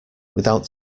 without